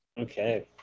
Okay